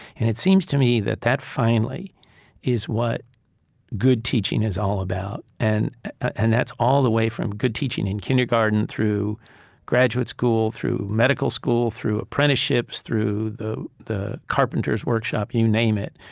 and it seems to me that that finally is what good teaching is all about. and and that's all the way from good teaching in kindergarten through graduate school, through medical school, through apprenticeships, through the the carpenter's workshop, you name it.